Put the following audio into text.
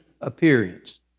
appearance